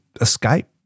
escape